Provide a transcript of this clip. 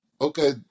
Okay